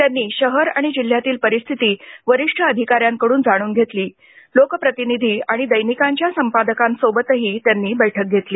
त्यांनी शहर आणि जिल्हयातील परिस्थिती वरिष्ठ अधिकाऱ्यांकडून जाणून घेतली लोकप्रतिनिधी आणि दैनिकांच्या संपादकांसोबतही त्यांनी बैठक घेतली